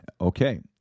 Okay